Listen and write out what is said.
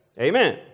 amen